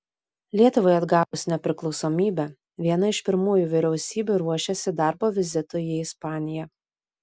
lietuvai atgavus nepriklausomybę viena iš pirmųjų vyriausybių ruošėsi darbo vizitui į ispaniją